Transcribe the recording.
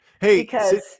Hey